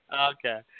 Okay